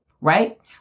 right